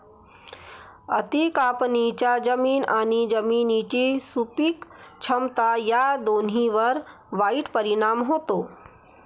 अति कापणीचा जमीन आणि जमिनीची सुपीक क्षमता या दोन्हींवर वाईट परिणाम होतो